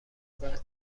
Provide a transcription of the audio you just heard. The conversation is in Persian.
بعد